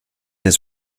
his